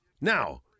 now